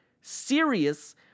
serious